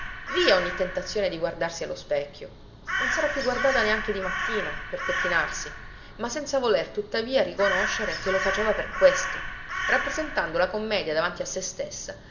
via ogni tentazione di guardarsi allo specchio non s'era più guardata neanche di mattina per pettinarsi ma senza voler tuttavia riconoscere che lo faceva per questo rappresentando la commedia davanti a se stessa